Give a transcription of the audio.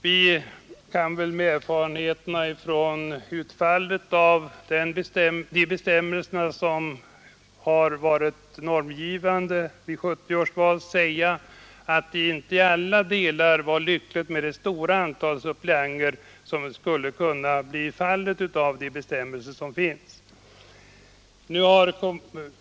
På grundval av erfarenheterna från utfallet av de bestämmelser som var normgivande vid 1970 års val kan vi väl säga att det inte i alla delar skulle vara lyckligt, om antalet suppleanter blivit så stort som de gällande bestämmelserna ger möjlighet till.